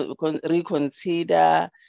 reconsider